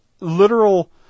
literal